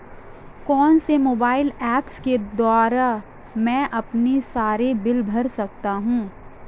कौनसे mobile apps के द्वारा मैं अपने सारे बिल भर सकता हूं?